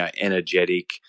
energetic